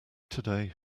today